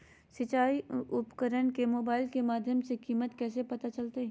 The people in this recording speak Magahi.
सिंचाई उपकरण के मोबाइल के माध्यम से कीमत कैसे पता चलतय?